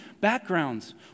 backgrounds